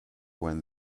when